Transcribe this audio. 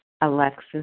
Alexis